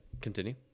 Continue